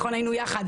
קשיים נוספים,